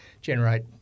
generate